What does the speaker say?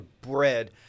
bread